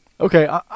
Okay